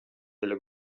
деле